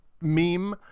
meme